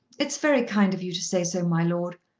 it's very kind of you to say so, my lord.